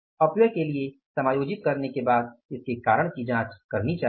अपव्यय के लिए समायोजित करने के बाद इसके कारण की जांच करनी चाहिए